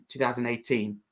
2018